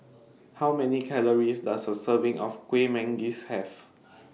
How Many Calories Does A Serving of Kueh Manggis Have